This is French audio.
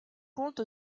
compte